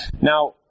Now